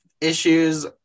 issues